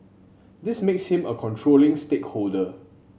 this makes him a controlling stakeholder